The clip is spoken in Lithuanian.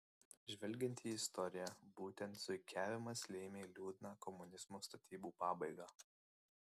žvelgiant į istoriją būtent zuikiavimas lėmė liūdną komunizmo statybų pabaigą